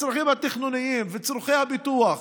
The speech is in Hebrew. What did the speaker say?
הצרכים התכנוניים וצורכי הפיתוח,